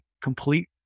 complete